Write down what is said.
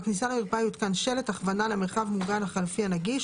בכניסה למרפאה יותקן שלט הכוונה למרחב המוגן החלופי הנגיש